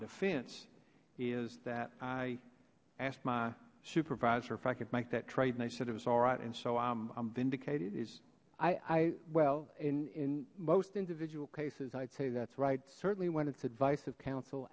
defense is that i ask my supervisor if i could make that trade they said it was alright and so i'm vindicated is i i well in in most individual cases i'd say that's right certainly when it's advice of coun